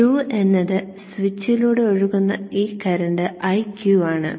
Q എന്ന സ്വിച്ചിലൂടെ ഒഴുകുന്ന ഈ കറന്റ് Iq ആണ്